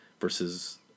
versus